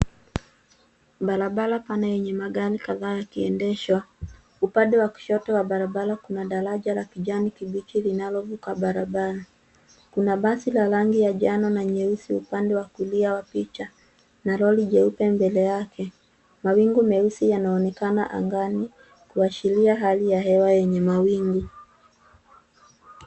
Barabara pana yenye magari kadhaa yakiendeshwa. Upande wa kushoto wa barabara kuna daraja la kijani kibichi linalovuka barabara. Kuna basi la rangi ya njano na nyeusi upande wa kulia wa picha na lori jeupe mbele yake. Mawingu meusi yanaonekna angani kuashiria hali ya hewa yenye mawimbi.